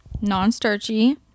non-starchy